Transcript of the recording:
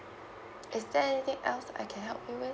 is there anything else I can help you with